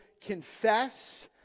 confess